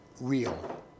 real